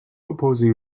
opposing